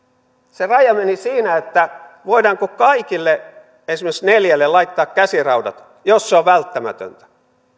se raja meni siinä että voidaanko kaikille esimerkiksi neljälle laittaa käsiraudat jos se on välttämätöntä